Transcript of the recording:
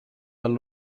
dal